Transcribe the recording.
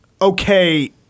okay